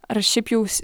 ar šiaip jau